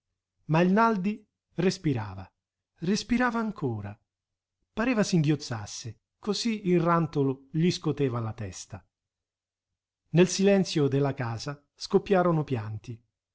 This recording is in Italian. ma il naldi respirava respirava ancora pareva singhiozzasse così il rantolo gli scoteva la testa nel silenzio della casa scoppiarono pianti